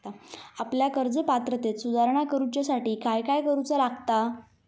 आपल्या कर्ज पात्रतेत सुधारणा करुच्यासाठी काय काय करूचा लागता?